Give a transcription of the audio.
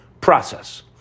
process